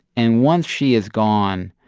and once she is gone,